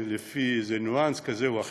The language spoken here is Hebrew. לפי איזה ניואנס כזה או אחר.